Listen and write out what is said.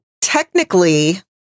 technically